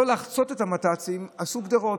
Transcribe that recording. לא לחצוץ את המת"צים עשו גדרות,